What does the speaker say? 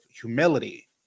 humility